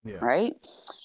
Right